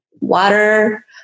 water